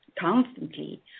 constantly